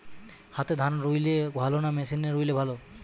হাতে ধান রুইলে ভালো না মেশিনে রুইলে ভালো?